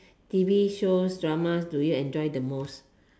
T_V shows drama shows do you enjoy the most